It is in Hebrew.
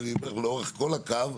אני אומר, לאורך כל הקו,